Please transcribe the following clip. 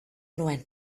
nuen